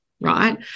Right